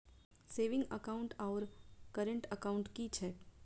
Saving account आओर current account की छैक?